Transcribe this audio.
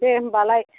दे होमबालाय